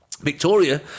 Victoria